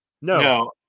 No